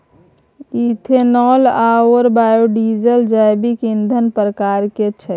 ethanol आओर biodiesel जैविक ईंधनक प्रकार छै